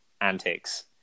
antics